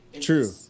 True